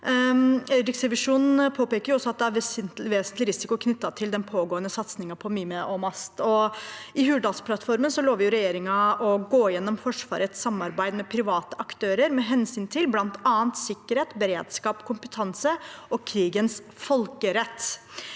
Riksrevisjonen påpeker også at det er vesentlig risiko knyttet til den pågående satsingen i Mime og MAST. I Hurdalsplattformen lover regjeringen å gå gjennom Forsvarets samarbeid med private aktører med hensyn til bl.a. sikkerhet, beredskap, kompetanse og krigens folkerett.